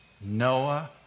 Noah